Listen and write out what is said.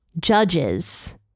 judges